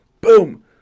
boom